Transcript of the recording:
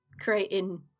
creating